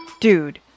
Dude